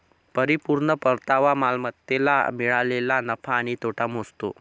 परिपूर्ण परतावा मालमत्तेला मिळालेला नफा किंवा तोटा मोजतो